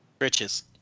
Riches